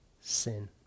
sin